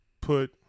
Put